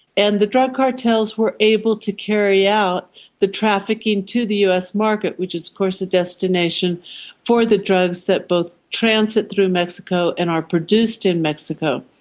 and the drug cartels were able to carry out the trafficking to the us market, which is of course the destination for the drugs that both transit through mexico and are produced in mexico.